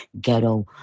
ghetto